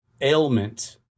ailment